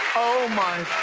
oh, my